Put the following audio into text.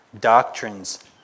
doctrines